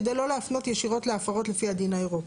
כדי לא להפנות ישירות להפרות לפי הדין האירופי.